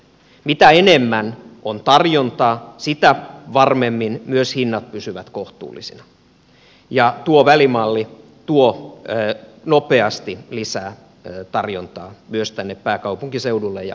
mitä enemmän on tarjontaa sitä varmemmin myös hinnat pysyvät kohtuullisina ja tuo välimalli tuo nopeasti lisää tarjontaa myös tänne pääkaupunkiseudulle ja muille kaupunkiseuduille